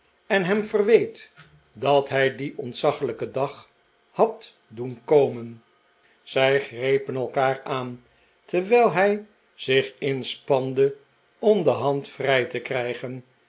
en hem verweet dat hij dien ontzaglijken dag had doen komen zij grepen elkaar aan terwijl hij zich inspande om de hand vrij te krijgen